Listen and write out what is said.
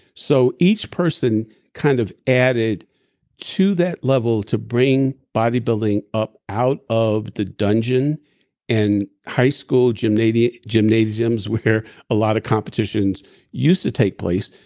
so each person kind of added to that level to bring bodybuilding up out of the dungeon and high school gymnasiums gymnasiums where a lot of competitions used to take place,